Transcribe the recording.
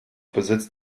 besitzt